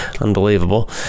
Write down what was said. Unbelievable